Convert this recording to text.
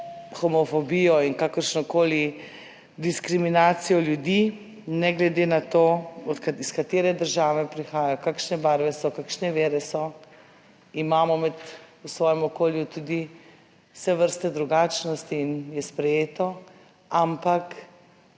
homofobijo in kakršnokoli diskriminacijo ljudi, ne glede na to, iz katere države prihaja, kakšne barve so, kakšne vere so. Imamo v svojem okolju tudi vse vrste drugačnosti in je sprejeto, ampak